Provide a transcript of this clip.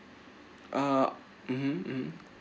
uh (uh huh) (uh huh)